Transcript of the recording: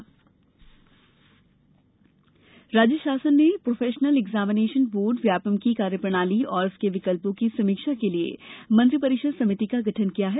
व्यापम निगरानी राज्य शासन ने प्रोफेशनल एग्जामिनेशन बोर्ड व्यापमं की कार्य प्रणाली और उसके विकल्पों की समीक्षा के लिए मंत्रि परिषद समिति का गठन किया है